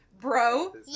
bro